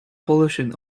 pollution